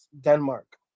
Denmark